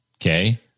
Okay